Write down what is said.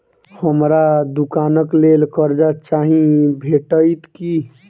हमरा दुकानक लेल कर्जा चाहि भेटइत की?